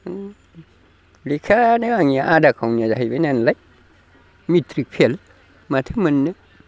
लेखायानो आंनिया आदा खावनिया जाहैबाय नालाय मेट्रिक फेल माथो मोननो